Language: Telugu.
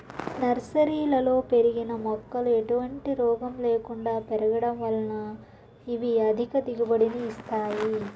నర్సరీలలో పెరిగిన మొక్కలు ఎటువంటి రోగము లేకుండా పెరగడం వలన ఇవి అధిక దిగుబడిని ఇస్తాయి